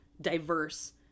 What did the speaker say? diverse